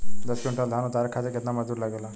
दस क्विंटल धान उतारे खातिर कितना मजदूरी लगे ला?